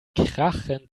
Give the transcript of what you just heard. krachend